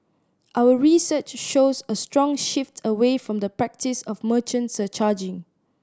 our research shows a strong shift away from the practice of merchant surcharging